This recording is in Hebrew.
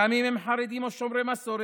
גם אם הם חרדים או שומרי מסורת,